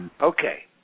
Okay